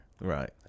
Right